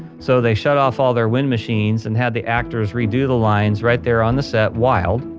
so they shut off all their wind machines and had the actors re-do the lines right there on the set wild.